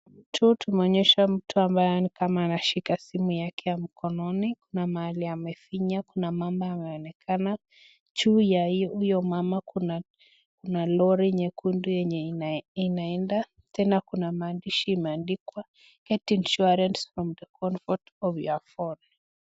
tutumeonyesha mtu ambaye nikama anashika simu yake ya mkononi na mahali amefinya kuna mama anaonekana juu ya huyo mama kuna lori nyekundu inaenda tenda kuna maandishi imeandikwa [get insurance on top of your phone]